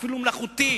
אפילו באופן מלאכותי,